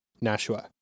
Nashua